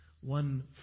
one